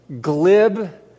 glib